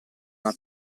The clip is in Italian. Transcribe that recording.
una